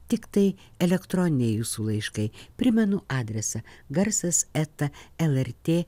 tiktai elektroniniai jūsų laiškai primenu adresą garsas eta lrt